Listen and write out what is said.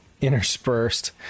interspersed